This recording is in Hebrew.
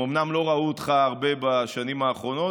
הם אומנם לא ראו אותך הרבה בשנים האחרונות,